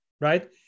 right